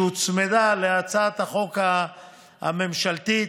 שהוצמדה להצעת החוק הממשלתית.